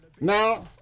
Now